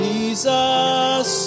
Jesus